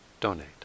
donate